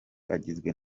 agizwe